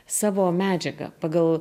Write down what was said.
savo medžiagą pagal